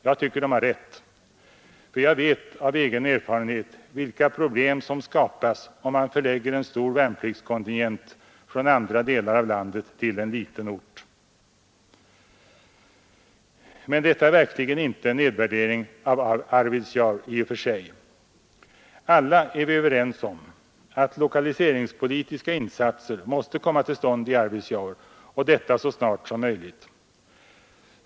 Jag tycker att de har rätt, för jag vet av egen erfarenhet vilka problem som skapas om man förlägger en stor värnpliktskontingent från andra delar av landet till en liten ort. Men detta är verkligen inte en nedvärdering av Arvidsjaur i och för sig. Alla är vi överens om att lokaliseringspolitiska insatser måste komma till stånd i Arvidsjaur och detta så snart som möjligt.